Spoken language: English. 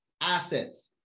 Assets